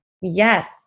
Yes